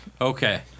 Okay